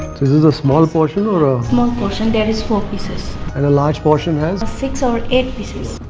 this is a small portion or? um small portion, there is four pieces. and a large portion has? six or eight pieces.